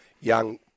young